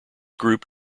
group